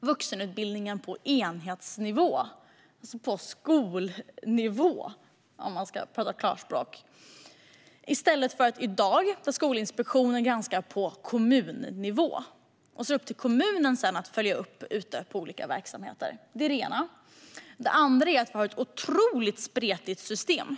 vuxenutbildningen på enhetsnivå - på skolnivå, om vi ska prata klarspråk - i stället för som i dag, då Skolinspektionen granskar på kommunnivå och det sedan är upp till kommunen att följa upp ute i olika verksamheter. Det är det ena. Det andra är att vi har ett otroligt spretigt system.